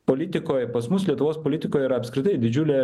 politikoj pas mus lietuvos politikoj yra apskritai didžiulė